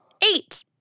eight